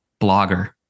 blogger